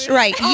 right